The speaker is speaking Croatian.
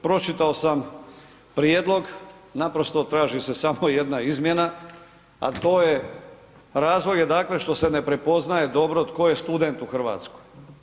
Pročitao sam prijedlog, naprosto traži se samo jedna izmjena, a to je razlog je dakle što se ne prepoznaje dobro tko je student u Hrvatskoj.